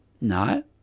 No